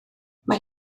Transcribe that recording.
mae